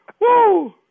Woo